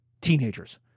teenagers